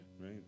right